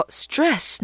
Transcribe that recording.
,stress